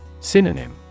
Synonym